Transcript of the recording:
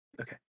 Okay